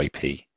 IP